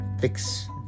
fix